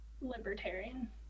libertarian